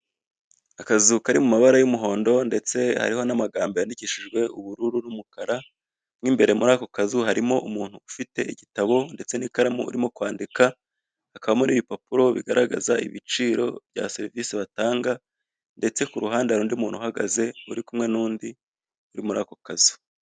Akazu kari mu mabara y'umuhondo, ndetse hariho n'amagambo yandikishijwe ubururu n'umukara, mo mbere muri ako kazu harimo umuntu ufite igitabo ndetse n'ikaramu, urimo kwandika, hakabamo n'ibipapuro bigaragaza ibiciro bya serivise batanga, ndetse ku ruhande hari undi muntu uhagaze, uri kumwe n'undi uri muri ako kazu.